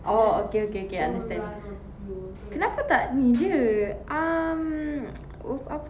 oh okay okay okay understand kenapa tak ni jer um oh apa tu